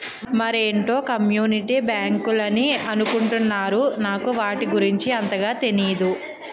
మరేటో కమ్యూనిటీ బ్యాంకులని అనుకుంటున్నారు నాకు వాటి గురించి అంతగా తెనీదు